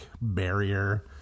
barrier